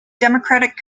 democratic